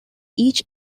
each